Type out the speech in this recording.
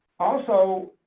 also,